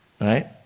Right